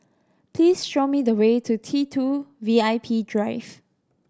please show me the way to T Two V I P Drive